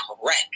correct